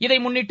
இதைமுன்னிட்டு